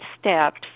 steps